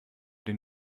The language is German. den